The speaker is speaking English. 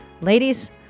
ladies